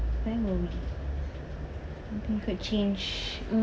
and thing could change